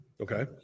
Okay